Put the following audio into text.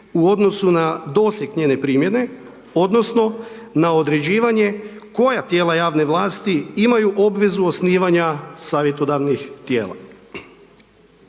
u odnosu na doseg njene primjene, odnosno, na određivanje, koja tijela javne vlasti, imaju obvezu osnivanja savjetodavnih tijela.